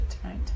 tonight